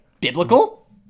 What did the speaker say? biblical